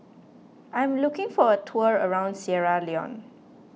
I'm looking for a tour around Sierra Leone